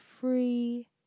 free